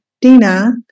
Dina